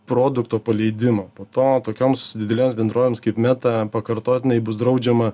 produkto paleidimo po to tokioms didelėms bendrovėms kaip meta pakartotinai bus draudžiama